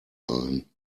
ein